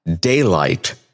daylight